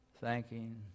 Thanking